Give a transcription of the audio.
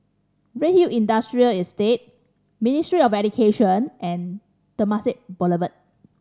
Redhill Industrial Estate Ministry of Education and Temasek Boulevard